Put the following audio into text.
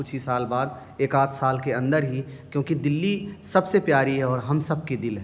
کچھ ہی سال بعد ایک آدھ سال کے اندر ہی کیونکہ دلی سب سے پیاری ہے اور ہم سب کی دل ہے